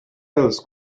else